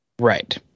Right